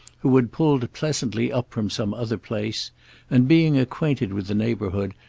who had pulled pleasantly up from some other place and, being acquainted with the neighbourhood,